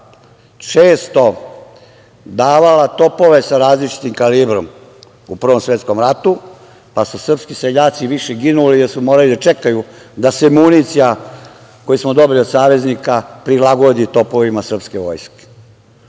često davala topove sa različitim kalibrom u Prvom svetskom ratu, pa su srpski seljaci više ginuli jer su morali da čekaju da se municija koju smo dobili od saveznika prilagodi topovima srpske vojske.